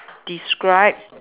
describe